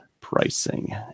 pricing